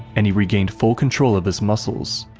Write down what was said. and he regained full control of his muscles,